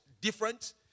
different